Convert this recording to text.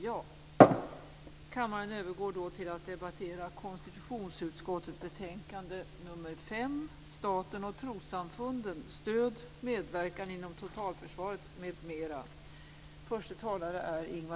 Jag tror faktiskt att det skulle ske på det sättet i KU i en så här viktig fråga.